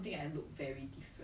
if not how we compare like